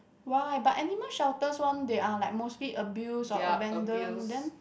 why but animal shelters one they are like mostly abuse or abandon then